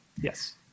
Yes